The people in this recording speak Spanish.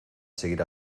seguir